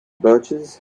birches